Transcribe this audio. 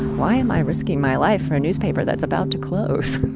why am i risking my life for a newspaper that's about to close?